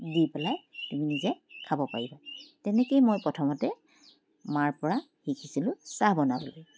দি পেলাই তুমি নিজে খাব পাৰিবা তেনেকৈয়ে মই প্ৰথমতে মাৰ পৰা শিকিছিলোঁ চাহ বনাবলৈ